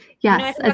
Yes